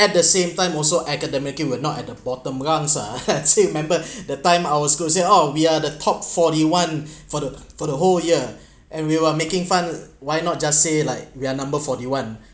at the same time also academically we were not at the bottom ones ah still remember the time our school said oh we are the top forty one for the for the whole year and we were making fun why not just say like we're number forty one